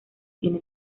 tiene